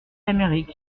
d’amérique